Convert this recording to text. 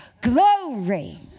Glory